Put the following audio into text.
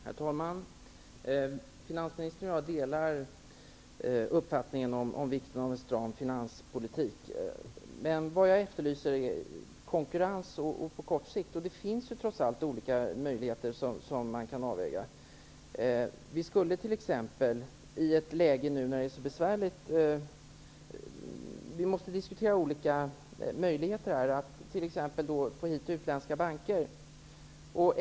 Herr talman! Finansministern och jag delar uppfattningen om vikten av en stram finanspolitik. Vad jag emellertid efterlyser är konkurrens på kort sikt. Det finns trots allt olika möjligheter som kan övervägas. Låt oss i detta besvärliga läge diskutera olika möjligheter, som att få hit utländska banker.